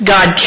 God